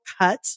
cut